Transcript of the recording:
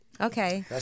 Okay